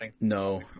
No